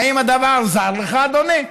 האם הדבר זר לך, אדוני?